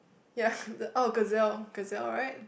ya oh gazelle gazelle right